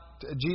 Jesus